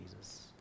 Jesus